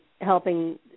helping